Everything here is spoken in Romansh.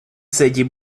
seigi